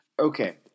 Okay